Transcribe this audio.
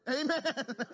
Amen